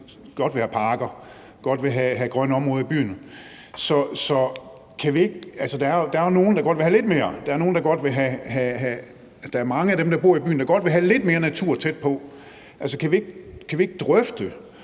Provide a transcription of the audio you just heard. godt vil have parker, godt vil have grønne områder i byerne. Der er jo nogle, der godt vil have lidt mere; der er mange af dem, der bor i byerne, der godt vil have lidt mere natur tæt på. Kan vi ikke drøfte,